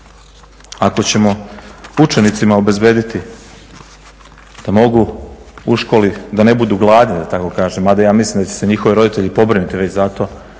Ako ćemo učenicima obezbjediti da mogu u školi, da ne budu gladni da tako kažem, mada ja mislim da će se njihovi roditelji pobrinuti već za to,